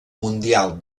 mundial